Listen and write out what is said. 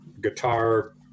guitar